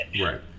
Right